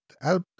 out